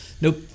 Nope